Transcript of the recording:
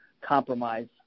compromise